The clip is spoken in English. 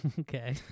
Okay